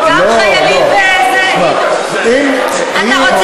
אחד, כל דבר שזה צה"ל אתה מתנגד?